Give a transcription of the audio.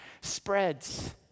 spreads